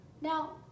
Now